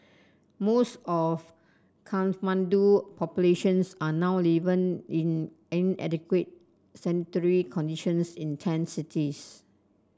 most of Kathmandu populations are now in inadequate sanitary conditions in tent cities